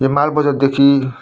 यो मालबजारदेखि